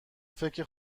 فکر